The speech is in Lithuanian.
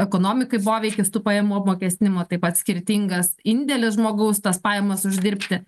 ekonomikai poveikis tų pajamų apmokestinimo taip pat skirtingas indėlis žmogaus tas pajamas uždirbti